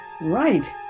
right